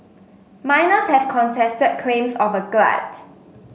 miners have contested claims of a glut